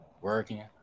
Working